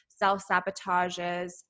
self-sabotages